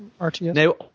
RTS